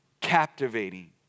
captivating